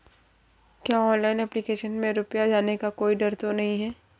क्या online application में रुपया जाने का कोई डर तो नही है?